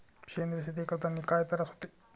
सेंद्रिय शेती करतांनी काय तरास होते?